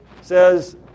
says